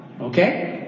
Okay